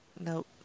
Nope